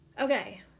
Okay